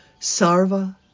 Sarva